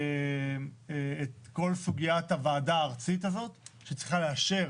את כל סוגית הוועדה הארצית שצריכה לאשר